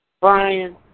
Brian